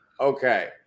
okay